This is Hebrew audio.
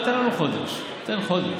תן לנו חודש, תן חודש.